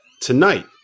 Tonight